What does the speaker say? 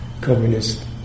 communist